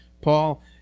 Paul